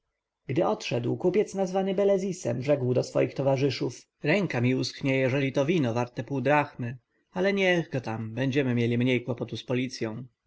gdy odszedł kupiec nazwany belezisem rzekł do swoich towarzyszów ręka mi uschnie jeżeli to wino warte pół drachmy ale niech go tam będziemy mieli mniej kłopotu z policją